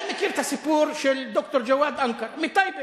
אני מכיר את הסיפור של ד"ר ג'ואד אנקר מטייבה,